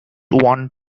one